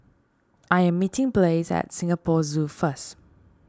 I am meeting Blaise at Singapore Zoo first